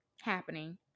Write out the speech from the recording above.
happening